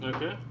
Okay